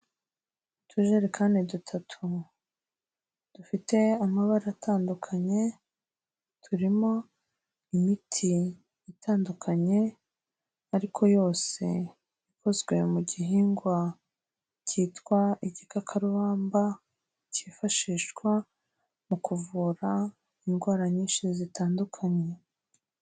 Utujerekani dutatu, dufite amabara atandukanye, turimo imiti itandukanye ariko yose ikozwe mu gihingwa cyitwa igikakarubamba, cyifashishwa mu kuvura indwara nyinshi zitandukanye.